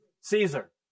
Caesar